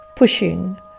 pushing